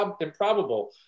improbable